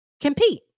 Compete